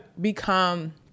become –